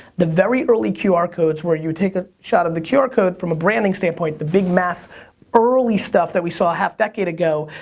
the very early qr codes where you would take a shot of the qr code from a branding standpoint, the big-mass early stuff that we saw a half-decade ago.